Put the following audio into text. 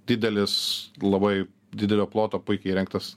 didelis labai didelio ploto puikiai įrengtas